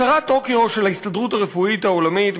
הצהרת טוקיו של ההסתדרות הרפואית העולמית,